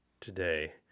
today